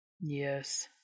Yes